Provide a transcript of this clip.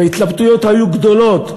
וההתלבטויות היו גדולות.